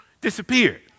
disappeared